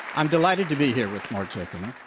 i'm delighted to be here with mort zuckerman,